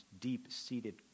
deep-seated